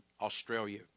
Australia